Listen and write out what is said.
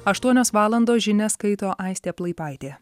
aštuonios valandos žinias skaito aistė plaipaitė